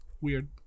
weird